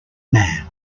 man